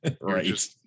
Right